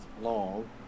long